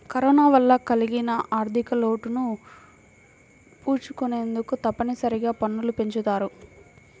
corona వల్ల కలిగిన ఆర్ధికలోటును పూడ్చుకొనేందుకు తప్పనిసరిగా పన్నులు పెంచుతారు